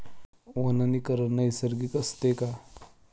वनीकरण नैसर्गिक असते का?